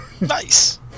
Nice